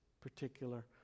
particular